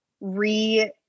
re